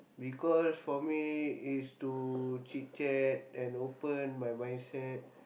because for me is to chit chat and open my mindset